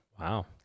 Wow